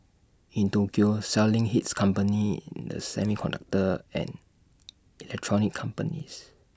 in Tokyo selling hit companies in the semiconductor and electronics companies